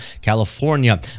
California